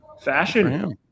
Fashion